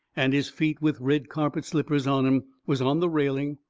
and his feet, with red carpet slippers on em, was on the railing,